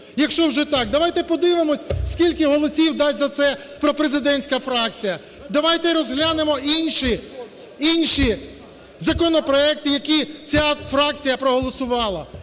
якщо вже так, давайте подивимось скільки голосів дасть за це пропрезидентська фракція. Давайте розглянемо і інші, інші законопроекти, які ця фракція проголосувала.